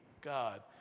God